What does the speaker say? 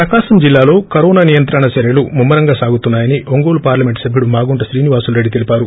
ప్రకాశం జిల్లాలో కరోనా నియంత్రణా చర్యలు ముమ్మరంగా సాగుతున్నా యని ఒంగోలు పార్లమెంటు సభ్యుడు మాగుంట శ్రీనివాసులురెడ్డి తెలిపారు